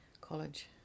college